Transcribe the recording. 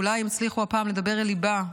אולי הם יצליחו הפעם לדבר אל ליבה,